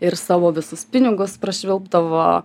ir savo visus pinigus prašvilpdavo